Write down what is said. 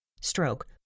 stroke